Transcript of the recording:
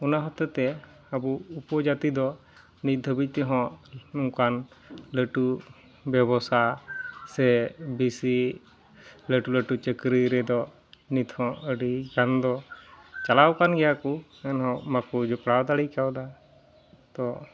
ᱚᱱᱟ ᱦᱚᱛᱮᱡ ᱛᱮ ᱟᱵᱚ ᱩᱯᱚᱡᱟᱛᱤᱫᱚ ᱱᱤᱛᱫᱷᱟᱹᱵᱤᱡᱛᱮ ᱦᱚᱸ ᱚᱝᱠᱟᱱ ᱞᱟᱹᱴᱩ ᱵᱮᱵᱚᱥᱟ ᱥᱮ ᱵᱮᱥᱤ ᱞᱟᱹᱴᱩᱼᱞᱟᱹᱴᱩ ᱪᱟᱹᱠᱨᱤᱨᱮᱫᱚ ᱱᱤᱛᱦᱚᱸ ᱟᱹᱰᱤᱜᱟᱱ ᱫᱚ ᱪᱟᱞᱟᱣᱠᱟᱱ ᱜᱮᱭᱟᱠᱚ ᱮᱱᱦᱚᱸ ᱵᱟᱠᱚ ᱡᱚᱯᱲᱟᱣ ᱫᱟᱲᱮᱣᱟᱠᱟᱫᱟ ᱛᱚ